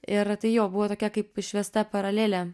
ir tai jo buvo tokia kaip išvesta paralelė